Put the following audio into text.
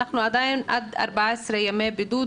אנחנו עדיין ב-14 ימי בידוד,